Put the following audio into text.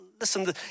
Listen